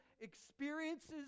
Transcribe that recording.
experiences